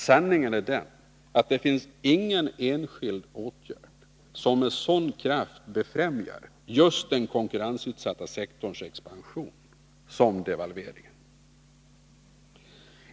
Sanningen är den att det inte finns någon enskild åtgärd som med sådan kraft befrämjar just den konkurrensutsatta sektorns expansion som devalveringen.